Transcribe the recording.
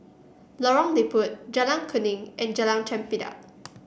Lorong Diput Jalan Kuning and Jalan Chempedak